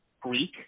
Greek